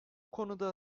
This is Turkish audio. konuda